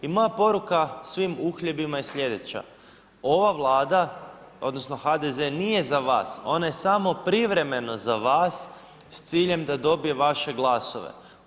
I moja poruka svim uhljebima je sljedeća: Ova Vlada odnosno HDZ nije za vas, ona je samo privremeno za vas s ciljem da dobije vaše glasove.